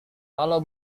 kalau